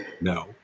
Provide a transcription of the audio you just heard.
no